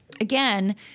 again